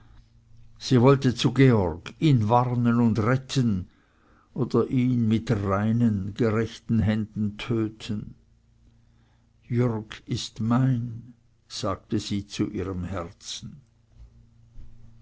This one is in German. sie wollte zu georg ihn warnen und retten oder ihn mit reinen gerechten händen töten jürg ist mein sagte sie zu ihrem herzen